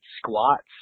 squats